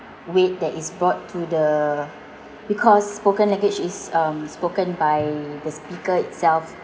weight that is brought to the because spoken language is um spoken by the speaker itself